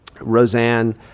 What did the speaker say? Roseanne